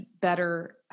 better